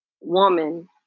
woman